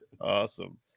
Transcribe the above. Awesome